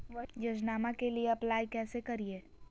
योजनामा के लिए अप्लाई कैसे करिए?